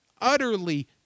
utterly